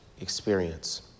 experience